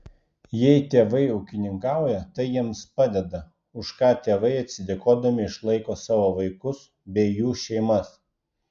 jei tėvai ūkininkauja tai jiems padeda už ką tėvai atsidėkodami išlaiko savo vaikus bei jų šeimas